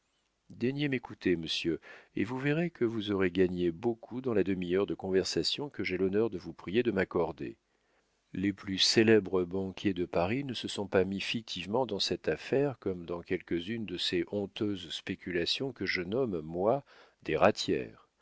daignez m'écouter monsieur et vous verrez que vous aurez gagné beaucoup dans la demi-heure de conversation que j'ai l'honneur de vous prier de m'accorder les plus célèbres banquiers de paris ne se sont pas mis fictivement dans cette affaire comme dans quelques-unes de ces honteuses spéculations que je nomme moi des ratières